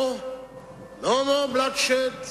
אין זו מערכה שלי